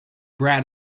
brad